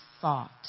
thought